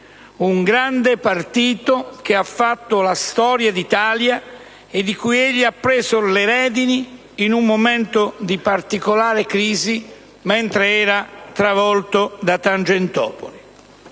un grande partito che ha fatto la storia d'Italia e di cui egli ha preso le redini in un momento di particolare crisi mentre era travolto da Tangentopoli.